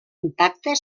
impacte